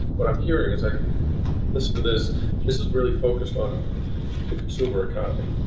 what i'm hearing as i listen to this, this is really focused on consumer economy.